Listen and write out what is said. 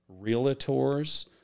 realtors